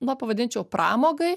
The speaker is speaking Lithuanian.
nu pavadinčiau pramogai